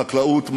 חקלאות,